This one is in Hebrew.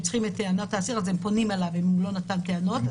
צריכים את טענות האסיר אז הם פונים אליו אם הוא לא נתן טענות.